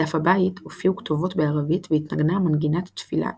בדף הבית הופיעו כתובות בערבית והתנגנה מנגינת תפילה אסלאמית.